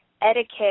etiquette